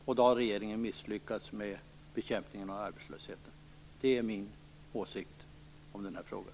Regeringen har därmed misslyckats med bekämpandet av arbetslösheten. Det är min åsikt i den här frågan.